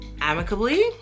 amicably